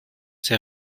der